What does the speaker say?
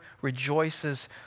rejoices